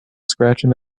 scratching